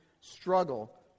struggle